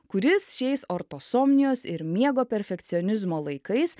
kuris šiais ortosomnijos ir miego perfekcionizmo laikais